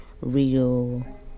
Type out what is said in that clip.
real